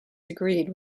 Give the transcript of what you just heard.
disagreed